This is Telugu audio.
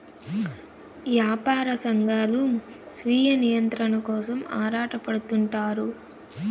యాపార సంఘాలు స్వీయ నియంత్రణ కోసం ఆరాటపడుతుంటారు